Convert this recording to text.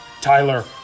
Tyler